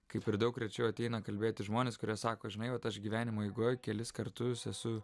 kaip ir daug rečiau ateina kalbėti žmonės kurie sako žinai tas gyvenimo eigoj kelis kartus esu